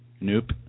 nope